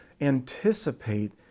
anticipate